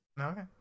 Okay